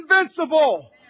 invincible